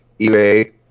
eBay